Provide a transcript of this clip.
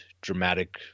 dramatic